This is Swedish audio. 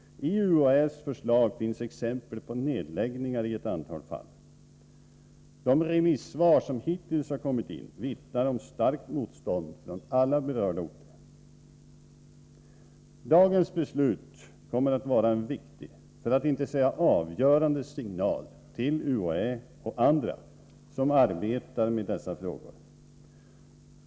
I UHÄ:s förslag finns exempel på nedläggningar i ett antal fall. De remissvar som hittills har kommit in vittnar om starkt motstånd från alla berörda orter. Dagens beslut kommer att vara en viktig, för att inte säga avgörande, signal till UHÄ och andra som arbetar med dessa frågor.